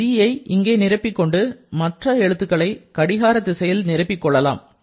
இந்த Gஐ இங்கே நிரப்பிக்கொண்டு மற்ற எழுத்துக்களை கடிகார திசையில் நிரப்பிக் கொள்ளலாம்